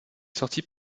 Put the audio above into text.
sortit